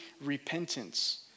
repentance